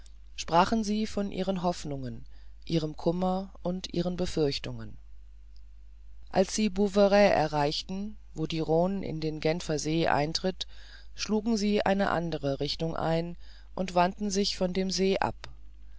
sprachen sie von ihren hoffnungen ihrem kummer und ihren befürchtungen als sie bouveret erreichten wo die rhone in den genfer see tritt schlugen sie eine andere richtung ein und wandten sich von dem see ab